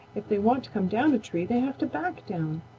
if they want to come down a tree they have to back down.